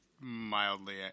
mildly